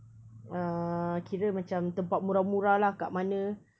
uh kira macam tempat murah-murah lah kat macam